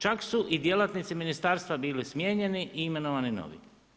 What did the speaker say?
Čak su i djelatnici ministarstva bili smijenjeni i imenovani novi.